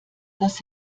das